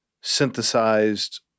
synthesized